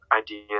idea